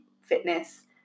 fitness